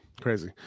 crazy